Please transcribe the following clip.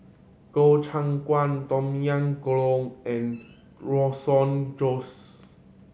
Gobchang Gui Tom Yam Goong and Josh